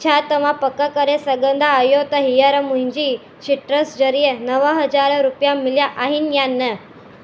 छा तव्हां पक करे सघंदा आहियो त हींअर मुंहिंजी सिट्रस ज़रिए नव हज़ार रुपया मिलिया आहिनि या न